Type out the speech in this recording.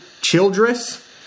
Childress